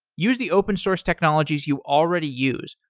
use the open source technologies you already use,